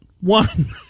one